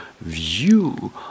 view